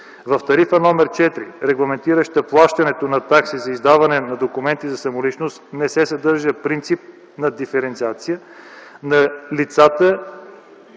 В Тарифа № 4, регламентираща плащането на такси за издаване на документи за самоличност, не се съдържа принцип на диференциация на лицата